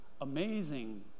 Amazing